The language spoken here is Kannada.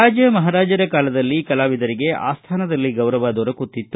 ರಾಜ ಮಹಾರಾಜರ ಕಾಲದಲ್ಲಿ ಕಲಾವಿದರಿಗೆ ಆಸ್ಟಾನದಲ್ಲಿ ಗೌರವ ದೊರಕುತ್ತಿತ್ತು